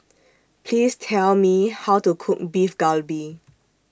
Please Tell Me How to Cook Beef Galbi